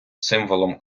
символом